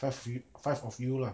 five you five of you lah